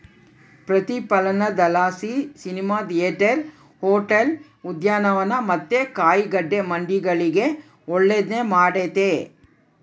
ಪ್ರತಿಫಲನದಲಾಸಿ cinema theatre, hotel, ಉದ್ಯಾನವನ ಮತ್ತೆ ಕಾಯಿಗಡ್ಡೆ ಮಂಡಿಗಳಿಗೆ ಒಳ್ಳೆದ್ನ ಮಾಡೆತೆ